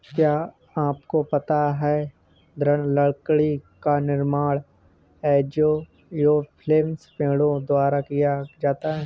क्या आपको पता है दृढ़ लकड़ी का निर्माण एंजियोस्पर्म पेड़ों द्वारा किया जाता है?